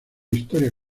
historia